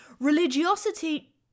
Religiosity